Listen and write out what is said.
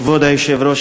כבוד היושב-ראש,